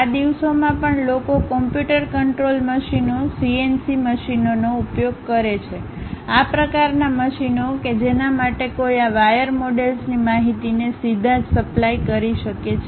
આ દિવસોમાં પણ લોકો કમ્પ્યુટર કંટ્રોલ મશીનો સીએનસી મશીનોનો ઉપયોગ કરે છે આ પ્રકારના મશીનો કે જેના માટે કોઈ આ વાયર મોડેલ્સની માહિતીને સીધા જ સપ્લાય કરી શકે છે